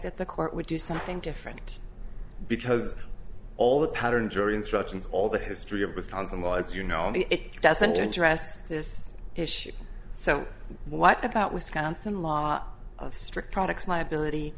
that the court would do something different because all the pattern jury instructions all the history of wisconsin law as you know it doesn't address this issue so what about wisconsin law of strict products liability